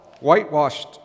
whitewashed